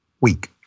week